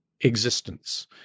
existence